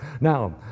Now